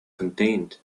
contained